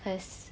cause